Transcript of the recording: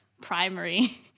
primary